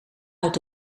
uit